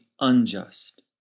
unjust